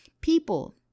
people